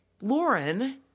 Lauren